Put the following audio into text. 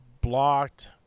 Blocked